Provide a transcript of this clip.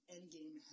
Endgame